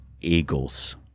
Eagles